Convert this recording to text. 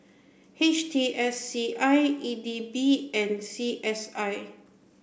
H T S C I E D B and C S I